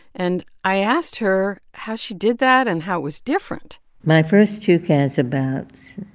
and i asked her how she did that and how it was different my first two cancer bouts,